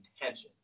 intention